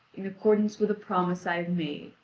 in accordance with a promise i have made.